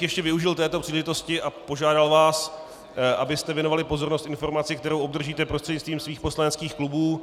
Ještě bych využil této příležitosti a požádal vás, abyste věnovali pozornost informaci, kterou obdržíte prostřednictvím svých poslaneckých klubů.